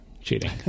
cheating